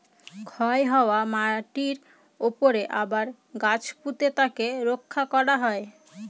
ক্ষয় হওয়া মাটিরর উপরে আবার গাছ পুঁতে তাকে রক্ষা করা হয়